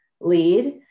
lead